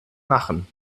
machen